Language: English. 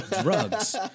drugs